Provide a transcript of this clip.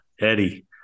Eddie